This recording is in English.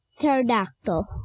Pterodactyl